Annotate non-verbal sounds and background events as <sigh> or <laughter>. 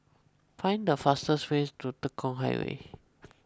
find the fastest way to Tekong Highway <noise>